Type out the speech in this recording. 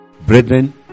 Brethren